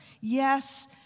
Yes